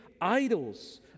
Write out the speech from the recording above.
idols